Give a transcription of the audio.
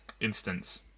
instance